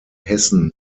hessen